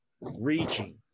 reaching